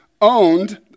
owned